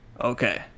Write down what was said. Okay